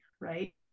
right